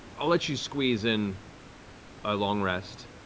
i'll let you squeeze in a long rest.